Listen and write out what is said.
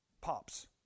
Pops